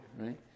right